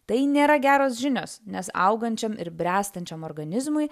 tai nėra geros žinios nes augančiam ir bręstančiam organizmui